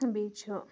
بیٚیہِ چھُ